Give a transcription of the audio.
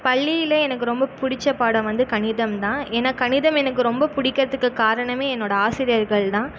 பள்ளியில் எனக்கு ரொம்ப பிடிச்ச பாடம் வந்து கணிதம் தான் ஏன்னா கணிதம் எனக்கு ரொம்ப புடிக்கறத்துக்கு காரணமே என்னோடய ஆசிரியர்கள் தான்